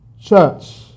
church